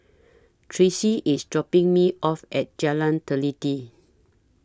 Tracie IS dropping Me off At Jalan Teliti